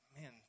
man